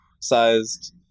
sized